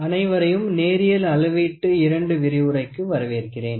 அனைவரையும் நேரியல் அளவீட்டு 2 விரிவுரைக்கு வரவேற்கிறேன்